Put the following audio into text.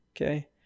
okay